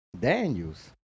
Daniels